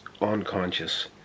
unconscious